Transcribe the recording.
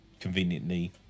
conveniently